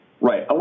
Right